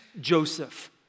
Joseph